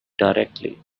directly